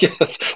yes